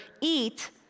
eat